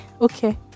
Okay